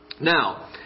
Now